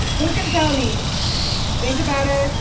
who can tell me think about it.